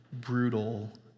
brutal